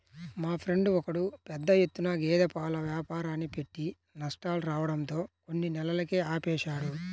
మా ఫ్రెండు ఒకడు పెద్ద ఎత్తున గేదె పాల వ్యాపారాన్ని పెట్టి నష్టాలు రావడంతో కొన్ని నెలలకే ఆపేశాడు